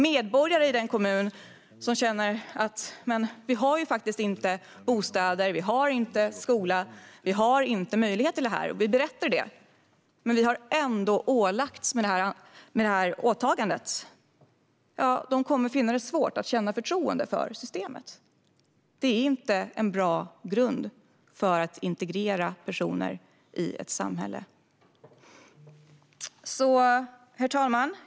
Medborgare i en sådan kommun som känner att det inte finns bostäder, skola eller möjligheter att ge detta och berättar om det men ändå har ålagts ett sådant åtagande kommer att finna det svårt att känna förtroende för systemet. Det är ingen bra grund för att integrera personer i ett samhälle. Herr talman!